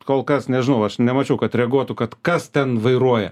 kol kas nežinau aš nemačiau kad reaguotų kad kas ten vairuoja